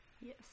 Yes